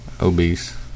obese